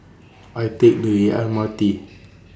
Can I Take The M R T